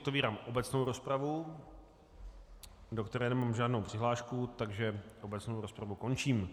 Otevírám obecnou rozpravu, do které nemám žádnou přihlášku, takže obecnou rozpravu končím.